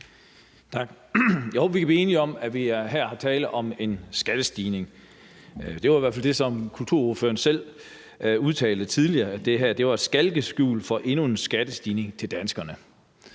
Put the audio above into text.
Jo, vi kan blive enige om, at der her er tale om en skattestigning. Det var i hvert fald det, som kulturordføreren selv udtalte tidligere, altså at det her var et skalkeskjul for endnu en skattestigning til danskerne.